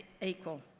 equal